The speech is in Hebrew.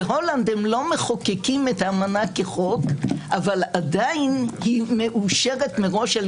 בהולנד הם לא מחוקקים את האמנה כחוק אבל עדיין היא מאושרת מראש על